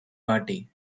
party